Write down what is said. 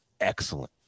excellent